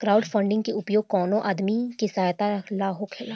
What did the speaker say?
crowdfunding के उपयोग कवनो आदमी के सहायता ला होखेला